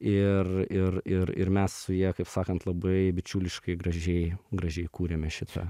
ir ir ir mes su ja kaip sakant labai bičiuliškai gražiai gražiai kūrėme šitą